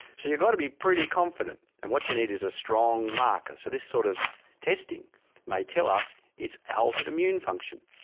so you've got to be pretty confident, and what you need is a strong marker. so this sort of testing may tell us it's altered immune function.